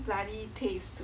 bloody taste